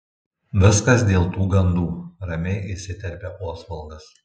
viskas dėl tų gandų ramiai įsiterpia osvaldas